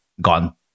gone